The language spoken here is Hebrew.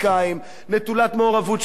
נטולת מעורבות של פוליטיקאים,